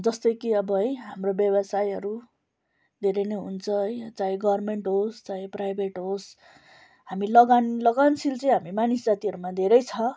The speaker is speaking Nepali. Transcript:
जस्तै कि अब है हाम्रो व्यवसायहरू धेरै नै हुन्छ है चाहे गर्मेन्ट होस् चाहे प्राइभेट होस् हामी लगान लगनशिल चाहिँ हामी मानिस जातिहरूमा धेरै छ